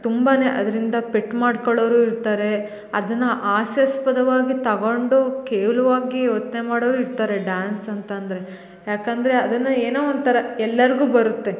ತುಂಬ ಅದರಿಂದ ಪೆಟ್ಟು ಮಾಡ್ಕೊಳೋರು ಇರ್ತಾರೆ ಅದನ್ನ ಹಾಸ್ಯಾಸ್ಪದವಾಗಿ ತಗೊಂಡು ಕೇವಲವಾಗಿ ಯೋಚ್ನೆ ಮಾಡೋರು ಇರ್ತಾರೆ ಡಾನ್ಸ್ ಅಂತ ಅಂದರೆ ಯಾಕಂದರೆ ಅದನ್ನ ಏನೋ ಒಂಥರ ಎಲ್ಲಾರಿಗು ಬರುತ್ತೆ